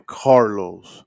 carlos